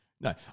no